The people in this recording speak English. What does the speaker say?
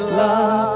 love